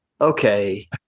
Okay